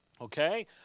Okay